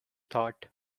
thought